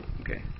okay